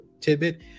tidbit